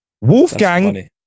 Wolfgang